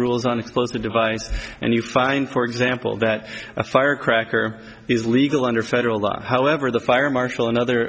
rules on exposed the device and you find for example that a firecracker is legal under federal law however the fire marshal and other